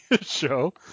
show